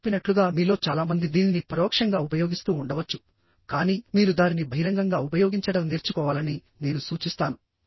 నేను చెప్పినట్లుగా మీలో చాలా మంది దీనిని పరోక్షంగా ఉపయోగిస్తూ ఉండవచ్చుకానీ మీరు దానిని బహిరంగంగా ఉపయోగించడం నేర్చుకోవాలని నేను సూచిస్తాను